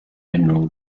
mineral